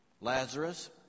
Lazarus